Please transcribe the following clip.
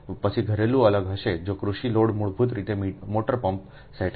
પછી ઘરેલું અલગ હશે જો કૃષિ લોડ મૂળભૂત રીતે મોટર પમ્પ સેટ છે